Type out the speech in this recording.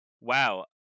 wow